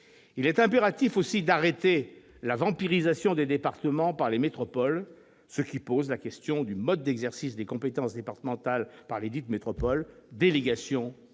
également impératif d'arrêter la vampirisation des départements par les métropoles, ce qui pose la question du mode d'exercice des compétences départementales par ces dernières : délégation